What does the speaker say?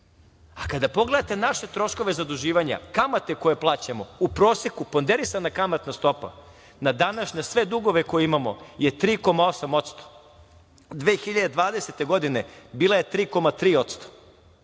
a kada pogledate naše troškove zaduživanja, kamate koje plaćamo, u proseku ponderisana kamatna stopa na današnje sve dugove koje imamo je 3,8%. Dakle, 2020. godine bila je 3,3%.